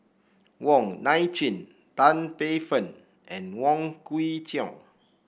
Wong Nai Chin Tan Paey Fern and Wong Kwei Cheong